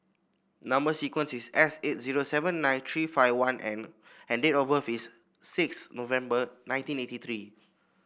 number sequence is S eight zero seven nine three five one N and date of birth is six November nineteen eighty three